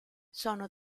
sono